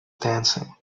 dancing